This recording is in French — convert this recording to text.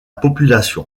population